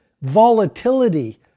volatility